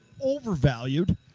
overvalued